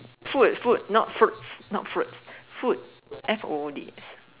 food food not fruits not fruit food F o o